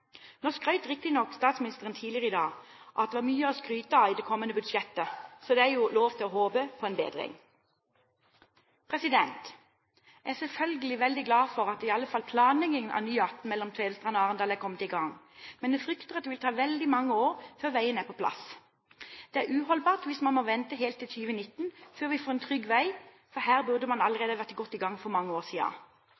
Nå skrøt riktignok statsministeren tidligere i dag av at det var mye å skryte av i det kommende budsjettet, så det er jo lov til å håpe på en bedring. Jeg er selvfølgelig glad for at iallfall planlegging av ny E18 mellom Tvedestrand og Arendal har kommet i gang, men jeg frykter at det vil ta veldig mange år før veien er på plass. Det er uholdbart hvis man må vente helt til 2019 før vi får en trygg vei, for her burde man